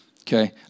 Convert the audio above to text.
Okay